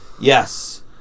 Yes